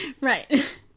Right